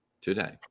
today